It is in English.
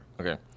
Okay